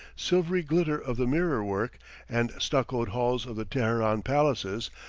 silvery glitter of the mirror-work and stuccoed halls of the teheran palaces,